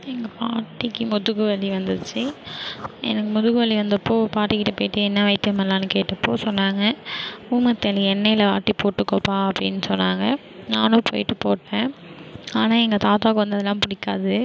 எங்கள் பாட்டிக்கு முதுகு வலி வந்துச்சு எனக்கு முதுகு வலி வந்தப்போ பாட்டிகிட்ட போய்ட்டு என்ன வைத்தியம் பண்ணலான்னு கேட்டப்போ சொன்னாங்க ஊமத்தன் இலைய எண்ணெயில் வாட்டி போட்டுக்கோப்பா அப்டின்னு சொன்னாங்க நானும் போய்ட்டு போட்டேன் ஆனால் எங்கள் தாத்தாக்கு வந்து அதல்லாம் பிடிக்காது